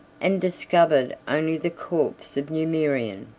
and discovered only the corpse of numerian.